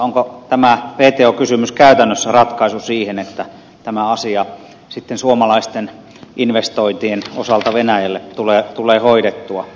onko tämä wto kysymys käytännössä ratkaisu siihen että tämä asia suomalaisten investointien osalta venäjälle tulee hoidettua